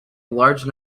large